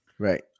Right